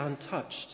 untouched